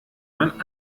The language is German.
man